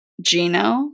Gino